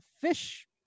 Fish